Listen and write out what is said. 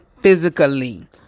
physically